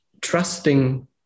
trusting